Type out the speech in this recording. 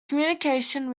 communication